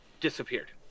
disappeared